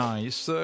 Nice